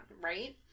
right